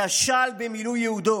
כשל במילוי ייעודו.